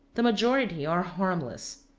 the majority are harmless.